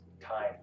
time